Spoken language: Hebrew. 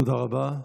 תודה רבה.